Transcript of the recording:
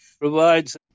provides